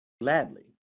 gladly